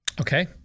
Okay